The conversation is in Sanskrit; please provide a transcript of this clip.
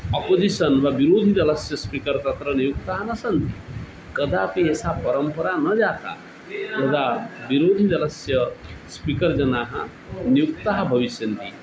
अपोजिशन् वा विरोधिदलस्य स्पीकर् तत्र नियुक्ताः न सन्ति कदापि एषा परम्परा न जाता तदा विरोधिदलस्य स्पीकर् जनाः नियुक्ताः भविष्यन्ति